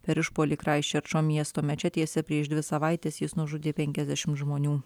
per išpuolį kraistčerčo miesto mečetėse prieš dvi savaites jis nužudė penkiasdešimt žmonių